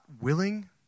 willing